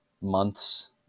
months